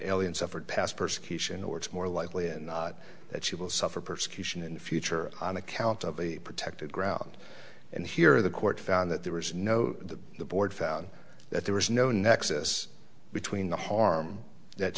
alien suffered past persecution or it's more likely in that she will suffer persecution in the future on account of a protected ground and here the court found that there was no to the board found that there was no nexus between the harm that